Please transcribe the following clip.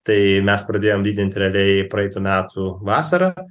tai mes pradėjom didint realiai praeitų metų vasarą